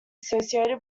associated